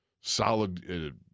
solid